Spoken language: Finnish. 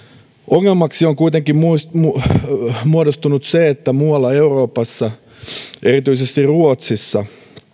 ongelmaksi on kuitenkin muodostunut se että muualla euroopassa erityisesti ruotsissa rahastoinnin